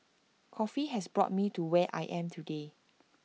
coffee has brought me to where I am today